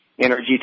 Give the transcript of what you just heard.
energy